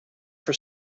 for